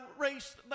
race